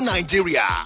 Nigeria